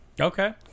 Okay